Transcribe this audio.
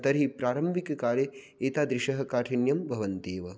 तर्हि प्रारम्भिककाले एतादृशं काठिन्यं भवन्त्येव